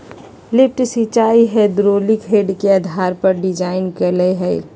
lift सिंचाई hydraulic head के आधार पर डिजाइन कइल हइ